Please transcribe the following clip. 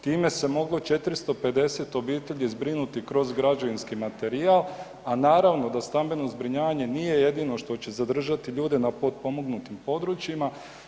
Time se moglo 450 obitelji zbrinuti kroz građevinski materijal, a naravno da stambeno zbrinjavanje nije jedino što će zadržati ljude na potpomognutim područjima.